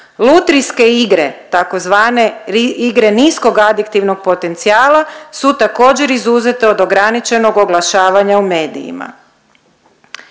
Lutrijske igre tzv. igre niskog adiktivnog potencijala su također izuzete od ograničenog oglašavanja u medijima.